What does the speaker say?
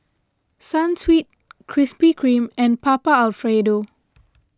Sunsweet Krispy Kreme and Papa Alfredo